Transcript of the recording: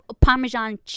Parmesan